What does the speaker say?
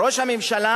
ראש הממשלה